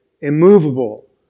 immovable